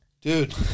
Dude